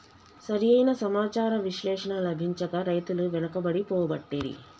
సరి అయిన సమాచార విశ్లేషణ లభించక రైతులు వెనుకబడి పోబట్టిరి